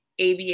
ABA